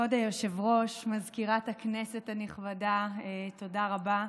כבוד היושב-ראש, מזכירת הכנסת הנכבדה, תודה רבה.